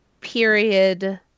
period